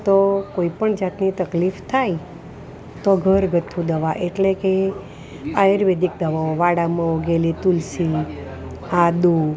તો કોઈપણ જાતની તકલીફ થાય તો ઘરગથ્થું દવા એટલે કે આયુર્વેદિક દવાઓ વાડામાં ઉગેલી તુલસી આદું